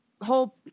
whole